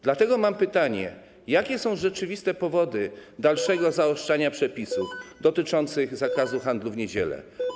Dlatego mam pytanie: Jakie są rzeczywiste powody dalszego zaostrzania przepisów dotyczących zakazu handlu w niedziele?